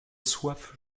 soif